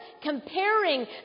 comparing